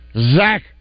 Zach